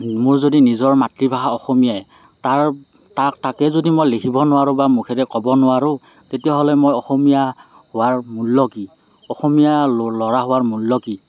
মোৰ যদি নিজৰ মাতৃভাষা অসমীয়াই তাৰ তাক তাকে যদি মই লিখিব নোৱাৰো বা মুখেৰে ক'ব নোৱাৰো তেতিয়াহ'লে মই অসমীয়া হোৱাৰ মূল্য কি অসমীয়া ল'ৰা হোৱাৰ মূল্য কি